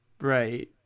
right